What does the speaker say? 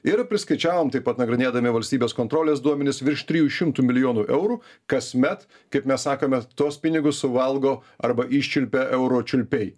ir priskaičiavom taip pat nagrinėdami valstybės kontrolės duomenis virš trijų šimtų milijonų eurų kasmet kaip mes sakome tuos pinigus suvalgo arba iščiulpia euročiulpiai